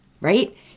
right